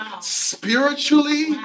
spiritually